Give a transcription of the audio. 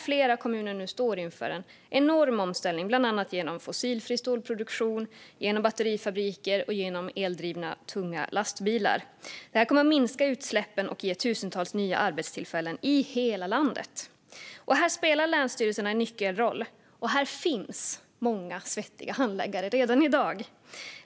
Flera kommuner står nu inför en enorm omställning, bland annat med fossilfri stålproduktion, batterifabriker och eldrivna tunga lastbilar. Det här kommer att minska utsläppen och ge tusentals nya arbetstillfällen i hela landet. Här spelar länsstyrelserna en nyckelroll, och där finns många svettiga handläggare redan i dag.